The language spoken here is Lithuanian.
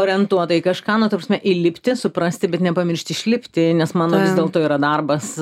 orientuota į kažką nu ta prasme įlipti suprasti bet nepamiršt išlipti nes mano vis dėlto yra darbas